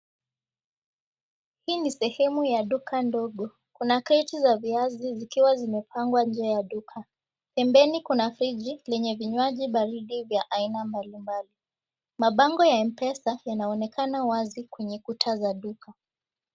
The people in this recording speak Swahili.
Hii ni sehemu ya duka ndogo kuna kreti za viazi zikiwa zimepangwa nje ya duka. Pembeni kuna friji lenye vinywaji baridi vya aina mbalimbali. Mabango ya Mpesa yanaonekana wazi kwenye kuta za duka.